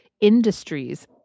industries